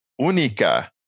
única